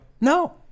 No